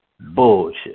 Bullshit